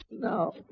No